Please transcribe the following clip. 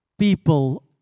People